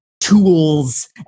tools